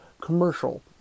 Commercial